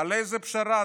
איזו פשרה?